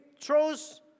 throws